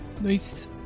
Nice